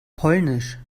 polnisch